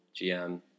GM